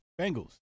Bengals